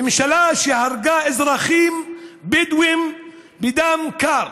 ממשלה שהרגה אזרחים בדואים בדם קר,